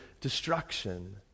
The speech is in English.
destruction